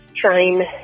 trying